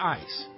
ice